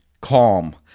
calm